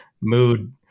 mood